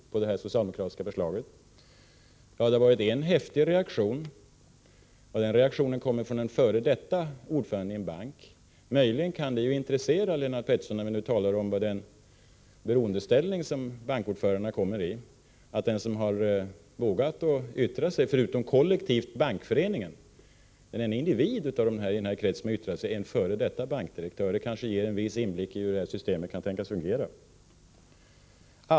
Jag vill peka på att det förekommit en häftig reaktion, och den kom ifrån en f.d. ordförande i en bank. Möjligen kan det intressera Lennart Pettersson, när vi nu talar om den beroendeställning som bankordförandena kommer i, att den som vågat yttra sig förutom, kollektivt, Bankföreningen är en individ i den här kretsen, en f.d. bankdirektör. Det kanske ger en viss inblick i hur systemet kan tänkas komma att fungera.